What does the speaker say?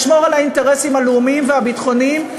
לשמור על האינטרסים הלאומיים והביטחוניים,